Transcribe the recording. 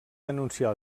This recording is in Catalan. denunciar